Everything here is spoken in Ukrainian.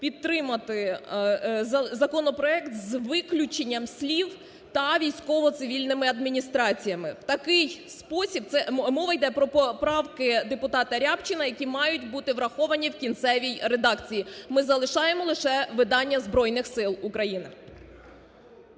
підтримати законопроект з виключенням слів "та військово-цивільними адміністраціями". В такій спосіб це мова йде про поправки депутата Рябчина, які мають бути враховані в кінцевій редакції. Ми залишаємо лише видання Збройних Сил України.